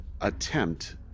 attempt